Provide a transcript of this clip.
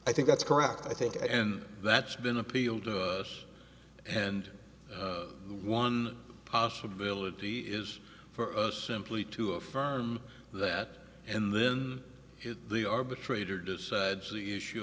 i think that's correct i think and that's been appealed to us and one possibility is for us simply to affirm that and then the arbitrator decides t